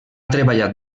treballat